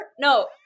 No